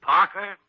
Parker